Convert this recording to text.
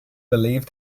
believe